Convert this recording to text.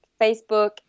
Facebook